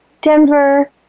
Denver